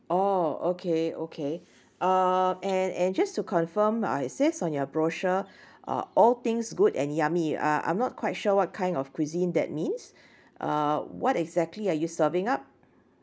orh okay okay uh and and just to confirm uh it says on your brochure uh all things good and yummy uh I'm not quite sure what kind of cuisine that means uh what exactly are you serving up